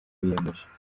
biyemeje